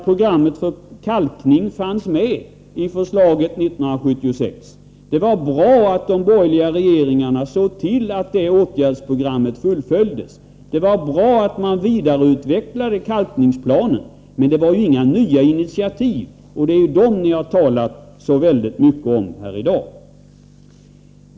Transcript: Programmet för kalkning fanns med i förslaget från år 1976. Det var bra att de borgerliga regeringarna såg till att det åtgärdsprogrammet fullföljdes. Det vara också bra att man vidareutvecklade kalkningsplanen, men det togs inga nya initiativ. Det är sådana som ni har talat om så mycket här i dag.